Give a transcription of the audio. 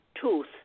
tooth